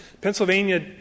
Pennsylvania